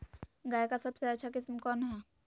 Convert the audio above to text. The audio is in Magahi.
गाय का सबसे अच्छा किस्म कौन हैं?